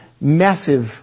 massive